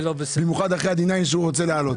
במיוחד אחרי הדינאין שהוא רוצה להעלות.